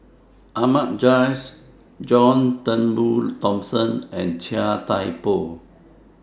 Ahmad Jais John Turnbull Thomson and Chia Thye Poh